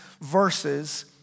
verses